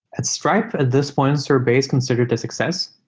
at stripe at this point, sorbet is considered a success.